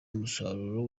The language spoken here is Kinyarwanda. umusaruro